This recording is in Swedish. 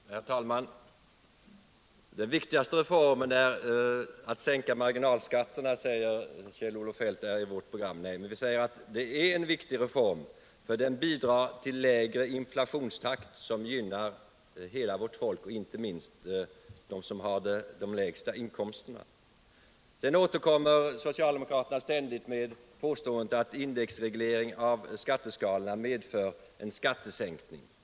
Herr talman! Den viktigaste reformen är enligt vårt program att sänka marginalskatterna, säger Kjell-Olof Feldt. Nej, vi säger att det är en viktig reform, för den bidrar till lägre inflationstakt, som gynnar hela vårt folk, inte minst dem som har de lägsta inkomsterna. Socialdemokraterna återkommer ständigt med påståendet att indexreglering av skatteskalorna medför en skattesänkning.